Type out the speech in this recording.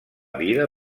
vida